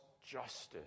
Justice